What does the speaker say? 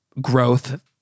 growth